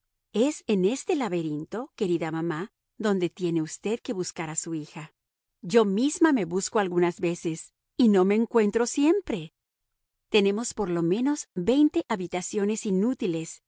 es en este laberinto querida mamá donde tiene usted que buscar a su hija yo misma me busco algunas veces y no me encuentro siempre tenemos por lo menos veinte habitaciones inútiles